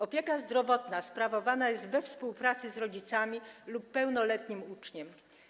Opieka zdrowotna sprawowana jest we współpracy z rodzicami lub pełnoletnim uczniem.